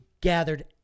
gathered